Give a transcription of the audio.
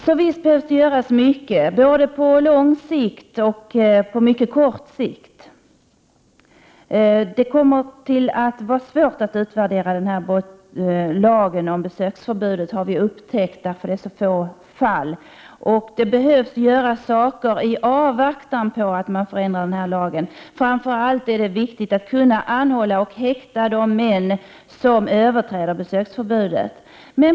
Så visst behövs det göras mycket, både på lång sikt och på mycket kort sikt. Vi har upptäckt att det kommer att bli svårt att utvärdera lagen om besöksförbud, eftersom hittills bara ett fåtal fall berörs. I avvaktan på att denna lag ändras behöver saker ske. Framför allt är det viktigt att kunna anhålla och häkta de män som överträder besöksförbudet.